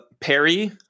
Perry